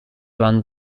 run